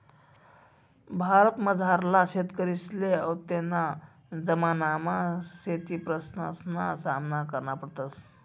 भारतमझारला शेतकरीसले आत्तेना जमानामा शेतीप्रश्नसना सामना करना पडस